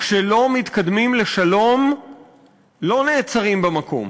כשלא מתקדמים לשלום לא נעצרים במקום